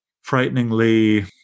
frighteningly